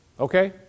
Okay